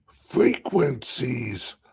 frequencies